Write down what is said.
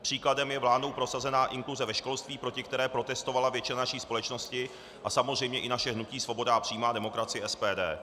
Příkladem je vládou prosazená inkulze ve školství, proti které protestovala většina naší společnosti a samozřejmě i naše hnutí Svoboda a přímá demokracie, SPD.